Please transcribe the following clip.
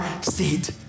seat